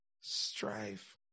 strife